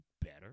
better